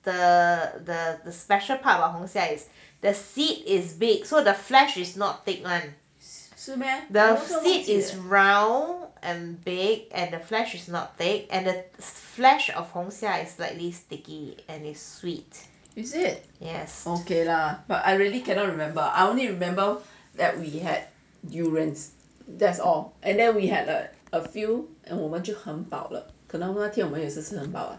the the the special part about 红霞 is the seed is big so the flesh is not thick one the seed is round and the flesh is not thick and the flesh of 红霞 is slightly sticky and sweet